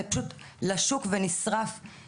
אבל משרד השיכון, בבקשה, תנסי להגיד את זה בשטף.